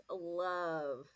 love